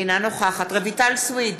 אינה נוכחת רויטל סויד,